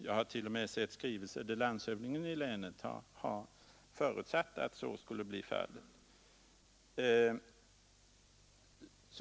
Jag har t.o.m. sett en skrivelse där landshövdingen i länet har förutsatt att så skulle bli fallet.